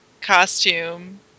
costume